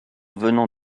venant